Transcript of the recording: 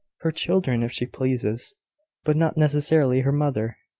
her children, if she pleases but not necessarily her mother.